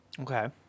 Okay